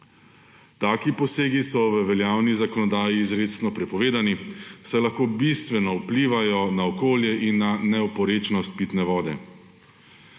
Taki posegi so v veljavni zakonodaji izrecno prepovedani, saj lahko bistveno vplivajo na okolje in na neoporečnost pitne vode.